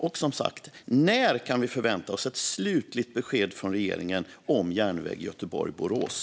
Och som sagt: När kan vi förvänta oss ett slutligt besked från regeringen om järnväg Göteborg-Borås?